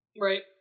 right